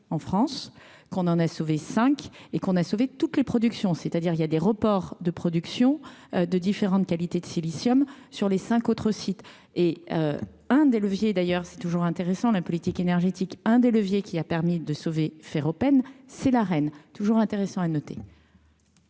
en France, qu'on en a sauvé 5 et qu'on a sauvé toutes les productions, c'est-à-dire il y a des reports de production de différentes qualités de silicium sur les 5 autres sites et un des leviers d'ailleurs, c'est toujours intéressant la politique énergétique un des leviers qui a permis de sauver faire Open, c'est la reine toujours intéressant à noter.